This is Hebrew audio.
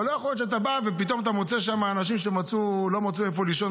אבל לא יכול להיות שאתה בא ופתאום אתה מוצא אנשים שלא מצאו איפה לישון,